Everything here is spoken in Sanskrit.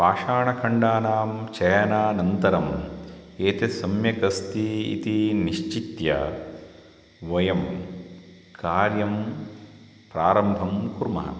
पाषाणखण्डानां चयनानन्तरम् एतत् सम्यक् अस्ति इति निश्चित्य वयं कार्यं प्रारम्भं कुर्मः